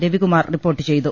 Ravikumar report ചെയ്തു